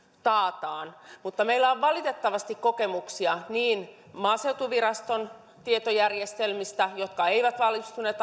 taataan mutta meillä on valitettavasti kokemuksia niin maaseutuviraston tietojärjestelmistä jotka eivät valmistuneet